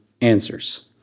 answers